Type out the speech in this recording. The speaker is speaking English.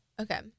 Okay